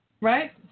Right